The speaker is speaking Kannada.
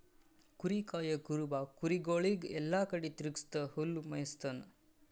ಕುರಿ ಕಾಯಾ ಕುರುಬ ಕುರಿಗೊಳಿಗ್ ಎಲ್ಲಾ ಕಡಿ ತಿರಗ್ಸ್ಕೊತ್ ಹುಲ್ಲ್ ಮೇಯಿಸ್ತಾನ್